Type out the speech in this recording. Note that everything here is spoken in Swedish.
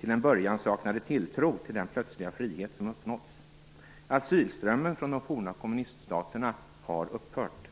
till en början saknade tilltro till den plötsliga frihet som uppnåtts. Asylströmmen från de forna kommuniststaterna har upphört.